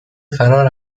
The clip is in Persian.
فرار